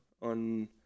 on